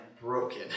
broken